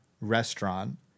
restaurant